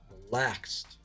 relaxed